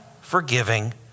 forgiving